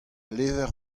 levr